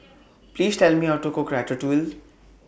Please Tell Me How to Cook Ratatouille